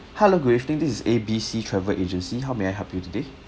hello good evening this is A B C travel agency how may I help you today